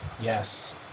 Yes